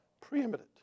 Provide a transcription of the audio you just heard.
preeminent